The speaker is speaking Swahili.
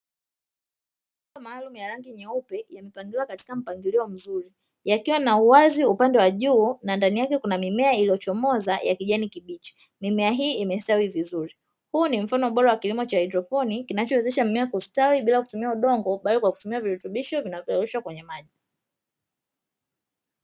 Mabomba maalamu ya rangi nyeupe yamepangiliwa katika mpangilio mzuri, yakiwa na uwazi upande wa juu na ndani yake kuna mimea iliyo chomoza ya kijani kibichi, mimea hii imestawi vizuri. Huu ni mfano bora wa kilimo cha haidroponi kinachowezesha mmea kustawi na bila kutumia udongo bali kutumia virutubisho vinavyoyeyushwa kwenye maji.